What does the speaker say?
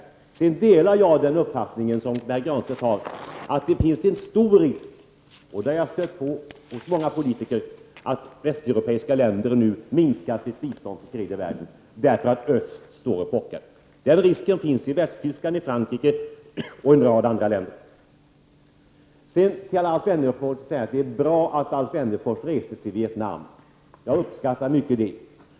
Vidare delar jag Pär Granstedts uppfattning att det finns en stor risk — och det är en farhåga som jag har stött på hos många politiker — att västeuropeiska länder nu minskar sitt bistånd till tredje världen därför att öst pockar på hjälp. Den risken finns i Västtyskland och i Frankrike liksom i en rad andra länder. Till Alf Wennerfors vill jag säga att det är bra att han reste till Vietnam. Jag uppskattar det mycket.